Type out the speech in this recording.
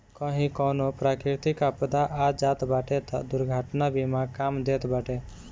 कही कवनो प्राकृतिक आपदा आ जात बाटे तअ दुर्घटना बीमा काम देत बाटे